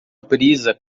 brisa